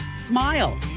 Smile